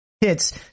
hits